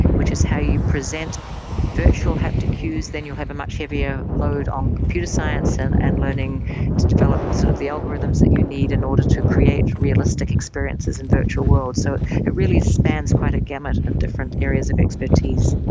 which is how you present virtual haptic cues, then you have a much heavier load on computer science and and learning to develop sort of the algorithms that you need in order to create realistic experiences in virtual worlds. so it really spans quite a gamut of different areas of expertise.